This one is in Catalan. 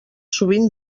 sovint